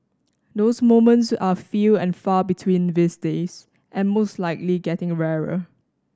those moments are few and far between these days and most likely getting rarer